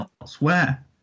elsewhere